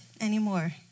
anymore